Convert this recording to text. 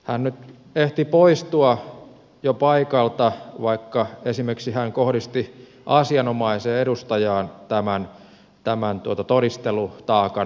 hän nyt ehti poistua jo paikalta vaikka esimerkiksi hän kohdisti asianomaiseen edustajaan tämän todistelutaakan näyttämisen